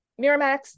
Miramax